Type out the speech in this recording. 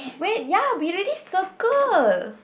wait ya we already circle